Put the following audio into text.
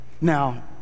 Now